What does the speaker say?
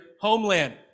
homeland